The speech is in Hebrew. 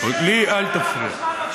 לי אל תפריע.